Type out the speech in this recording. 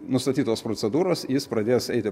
nustatytos procedūros jis pradės eiti